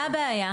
מה הבעיה?